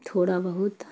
تھوڑا بہت